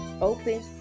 open